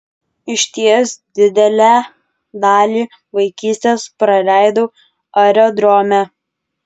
išties didelę dalį vaikystės praleidau aerodrome